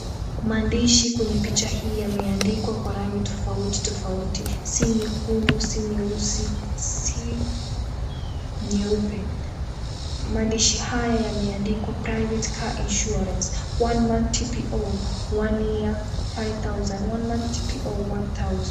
Maandishi kwenye picha hii yameandikwa kwa rangi tofauti tofauti, si 𝑛𝑦𝑒𝑘𝑢𝑛𝑑𝑢, si 𝑛𝑦𝑒𝑢𝑠𝑖, si nyeupe. Mandishi haya yameandikwa, Private Car Insurance 1 Man TPO, 1 Year 5,000, 1 Man TPO 1,000.